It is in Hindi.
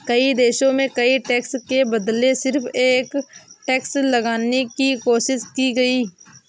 कई देशों में कई टैक्स के बदले सिर्फ एक टैक्स लगाने की कोशिश की गयी